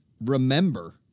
Remember